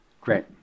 Great